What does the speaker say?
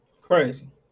Crazy